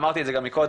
אמרתי את זה גם מקודם,